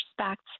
respect